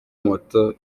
moto